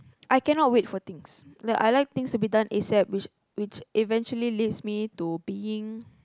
I cannot wait for things like I like things to be done a_s_a_p which which eventually leads me to being